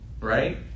right